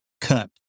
cut